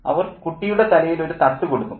അവർ കുട്ടിയുടെ തലയിൽ ഒരു തട്ടു കൊടുക്കും